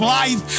life